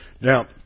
Now